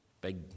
big